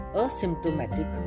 asymptomatic